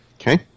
Okay